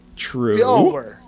true